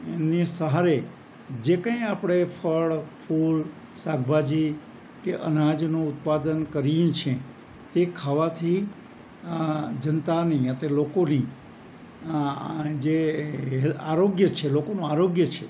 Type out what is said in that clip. એમના સહારે જે કંઈ આપણે ફળ ફૂલ શાકભાજી કે અનાજનું ઉત્પાદન કરીએ છીએ તે ખાવાથી જનતાની તે લોકોની જે આરોગ્ય છે લોકોનું આરોગ્ય છે